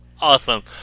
Awesome